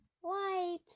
White